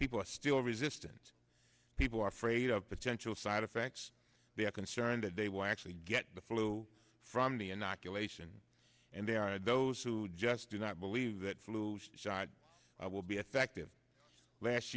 people are still resistant people are afraid of potential side effects they are concerned that they will actually get the flu from the inoculation and there are those who just do not believe that flu shot will be effective last